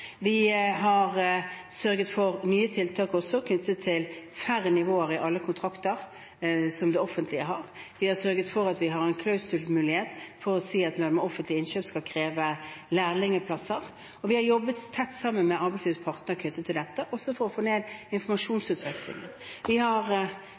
Vi har sørget for nye tiltak også knyttet til færre nivåer i alle kontrakter som det offentlige har. Vi har sørget for en klausulmulighet for å si at man ved offentlige innkjøp skal kreve lærlingplasser, og vi har jobbet tett sammen med arbeidslivets parter knyttet til dette, også for å få ned